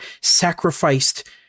sacrificed